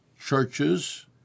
churches